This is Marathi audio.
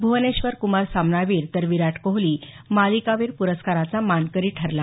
भुवनेश्वर कुमार सामनावीर तर विराट कोहली मालिकावीर पुरस्काराचा मानकरी ठरला